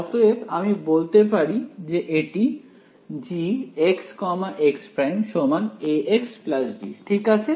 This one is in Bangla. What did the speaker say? অতএব আমি বলতে পারি যে এটি Gx x′ Ax B ঠিক আছে